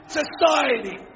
society